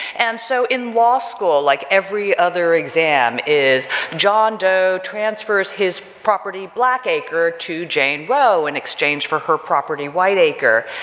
and so, in law school like every other exam is john doe transfers his property, black acre, to jane row in exchange for her property, white acre,